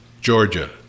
Georgia